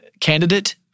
candidate